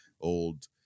old